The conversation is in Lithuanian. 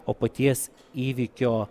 o paties įvykio